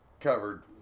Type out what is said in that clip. covered